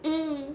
mmhmm